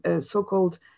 so-called